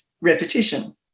repetition